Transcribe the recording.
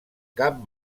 cap